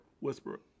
Westbrook